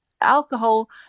alcohol